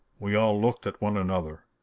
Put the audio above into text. we all looked at one another.